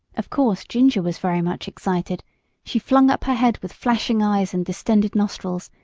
of course ginger was very much excited she flung up her head with flashing eyes and distended nostrils,